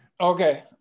Okay